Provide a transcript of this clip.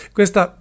Questa